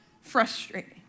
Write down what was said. frustrating